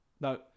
No